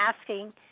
asking